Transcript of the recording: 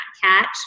catch